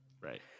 Right